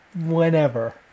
whenever